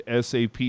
SAP